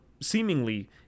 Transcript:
seemingly